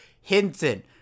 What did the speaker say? Hinton